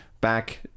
back